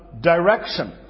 direction